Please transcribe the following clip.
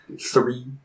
three